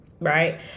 right